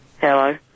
Hello